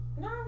No